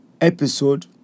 episode